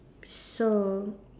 so